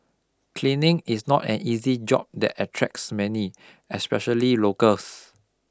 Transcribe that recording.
cleaning is not an easy job that attracts many especially locals